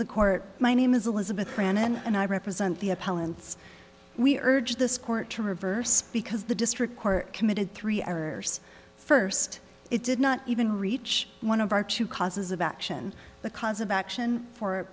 the court my name is elizabeth prana and i represent the appellant's we urge this court to reverse because the district court committed three hours first it did not even reach one of our two causes of action the cause of action for